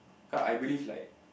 cause I believe like